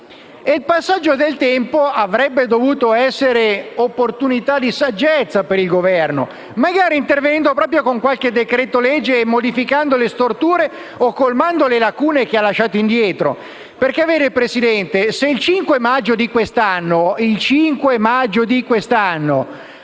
Il passare del tempo avrebbe dovuto essere opportunità di saggezza per il Governo, che sarebbe potuto intervenire con qualche decreto-legge per modificare le storture o colmare le lacune che ha lasciato indietro. Signora Presidente, se il 5 maggio di questo anno